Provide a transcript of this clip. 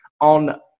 on